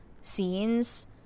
scenes